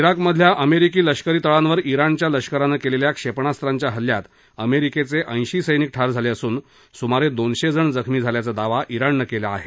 जिकमधल्या अमेरिकी लष्करी तळांवर जिणच्या लष्करानं केलेल्या क्षेपणास्त्रांच्या हल्ल्यात अमेरिकेचे ऐशी सैनिक ठार झाले असून सुमारे दोनशे जण जखमी झाल्याचा दावा ज्ञाणनं केला आहे